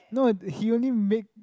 no he only make